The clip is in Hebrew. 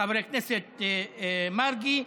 חבר הכנסת מרגי,